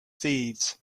thieves